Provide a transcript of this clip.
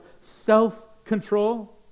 self-control